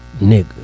Nigga